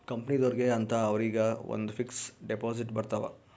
ಕಂಪನಿದೊರ್ಗೆ ಅಂತ ಅವರಿಗ ಒಂದ್ ಫಿಕ್ಸ್ ದೆಪೊಸಿಟ್ ಬರತವ